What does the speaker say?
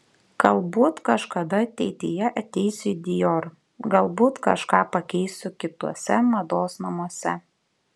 galbūt kažkada ateityje ateisiu į dior galbūt kažką pakeisiu kituose mados namuose